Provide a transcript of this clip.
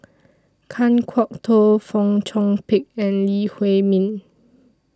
Kan Kwok Toh Fong Chong Pik and Lee Huei Min